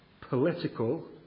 political